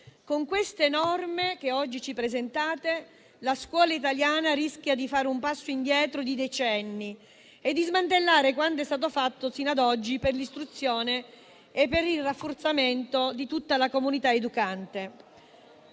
Con queste norme che oggi ci presentate, la scuola italiana rischia di fare un passo indietro di decenni e di smantellare quanto è stato fatto sino ad oggi per l'istruzione e il rafforzamento di tutta la comunità educante.